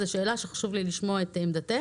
חשוב לי לשמוע את עמדתך.